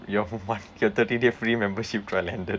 your [one] your thirty day free membership trial ended